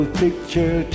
picture